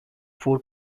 four